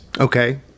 Okay